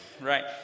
Right